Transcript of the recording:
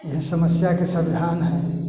यही समस्या के समाधान है